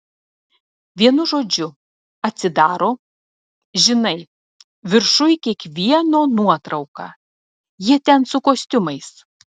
vienu žodžiu atsidaro žinai viršuj kiekvieno nuotrauka jie ten su kostiumais